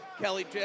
Kelly